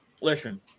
Listen